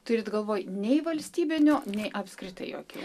turit galvoj nei valstybinių nei apskritai jokių